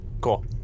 Cool